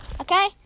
Okay